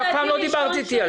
אף פעם לא דיברת איתי על זה.